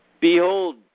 Behold